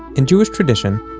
in jewish tradition,